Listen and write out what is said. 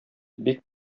бик